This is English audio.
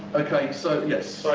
ok, so yes